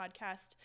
podcast